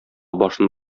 башын